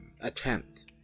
attempt